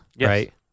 right